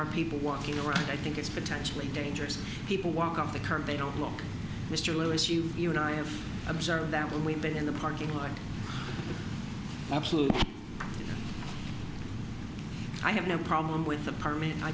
are people walking around i think it's potentially dangerous people walk off the curb they don't look mr lewis you you and i have observed that when we've been in the parking lot absolutely i have no problem with